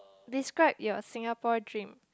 describe your Singapore dream